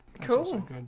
Cool